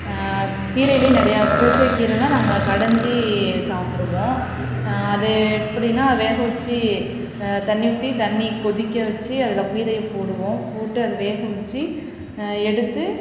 கீரைலையும் நிறைய புளித்த கீரைலாம் நாங்கள் கடஞ்சு சாப்பிடுவோம் அது எப்படினால் வேகவச்சு தண்ணி ஊற்றி தண்ணி கொதிக்க வச்சு அதில் கீரையை போடுவோம் போட்டு அதை வேகவச்சு எடுத்து